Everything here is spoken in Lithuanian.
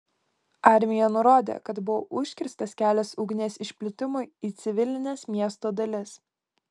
armija nurodė kad buvo užkirstas kelias ugnies išplitimui į civilines miesto dalis